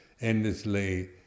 endlessly